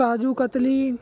kaju katli